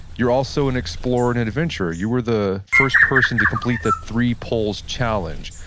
you're also an explorer and an adventurer. you were the first person to complete the three poles challenge.